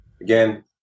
Again